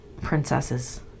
princesses